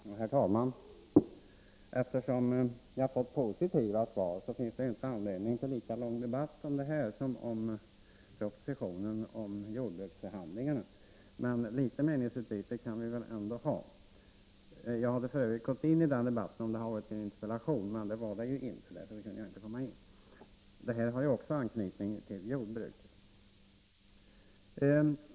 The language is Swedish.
inomlandet av am Herr talman! Eftersom jag fått positiva svar finns det inte anledning till lika — moniak och salpelång debatt om den här frågan som det fanns när det nyss gällde propositiotersyra nen om jordbruksförhandlingarna, men ett litet meningsutbyte kan vi väl ändå ha. Jag skulle f. ö. ha gått in i den förstnämnda debatten om det gällt en interpellation, men det gjorde det ju inte, och därför kunde jag inte delta. Det som vi nu debatterar har emellertid också anknytning till jordbruket.